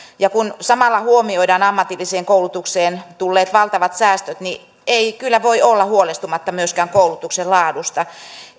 ja kun samalla huomioidaan ammatilliseen koulutukseen tulleet valtavat säästöt niin ei kyllä voi olla huolestumatta myöskään koulutuksen laadusta